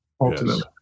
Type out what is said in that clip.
ultimately